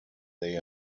they